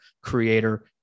creator